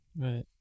right